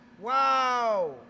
Wow